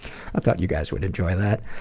i thought you guys would enjoy that.